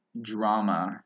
drama